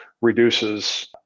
reduces